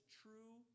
true